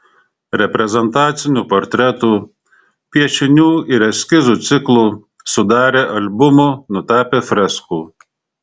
reprezentacinių portretų piešinių ir eskizų ciklų sudarė albumų nutapė freskų